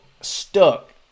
stuck